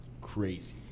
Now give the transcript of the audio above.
Crazy